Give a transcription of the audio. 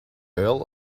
earl